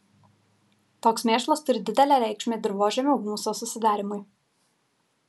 toks mėšlas turi didelę reikšmę dirvožemio humuso susidarymui